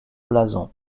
blasons